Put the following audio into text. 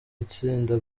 itsinda